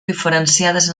diferenciades